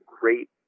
great